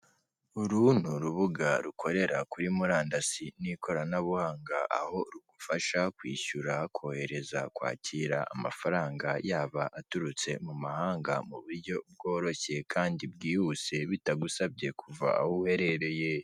Uru ni urubuga rukorera kuri murandasi n'ikoranabuhanga, aho rugufasha kwishyura, kohereza, kwakira amafaranga yaba aturutse mu mahanga mu buryo bworoshye kandi bwihuse bitagusabye kuva aho uherereye.